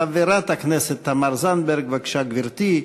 חברת הכנסת תמר זנדברג, בבקשה, גברתי.